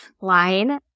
line